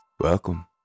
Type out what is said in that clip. Welcome